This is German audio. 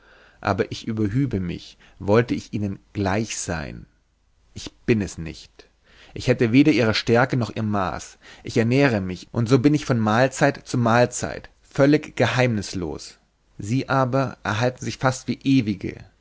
aber ich überhübe mich wollte ich ihnen gleich sein ich bin es nicht ich hätte weder ihre stärke noch ihr maß ich ernähre mich und so bin ich von mahlzeit zu mahlzeit völlig geheimnislos sie aber erhalten sich fast wie ewige